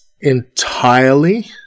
entirely